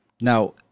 Now